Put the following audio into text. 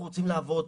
אנחנו רוצים לעבוד.